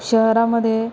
शहरामध्ये